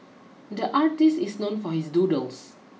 the artist is known for his doodles